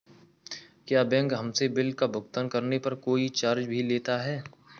क्या बैंक हमसे बिल का भुगतान करने पर कोई चार्ज भी लेता है?